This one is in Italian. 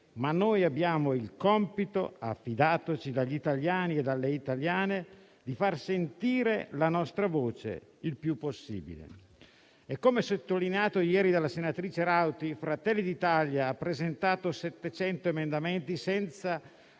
però, abbiamo il compito, affidatoci dagli italiani e dalle italiane, di far sentire la nostra voce il più possibile. Come sottolineato ieri dalla senatrice Rauti, Fratelli d'Italia ha presentato 700 emendamenti, senza